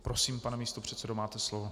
Prosím, pane místopředsedo, máte slovo.